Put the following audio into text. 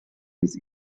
his